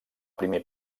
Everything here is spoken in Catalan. primer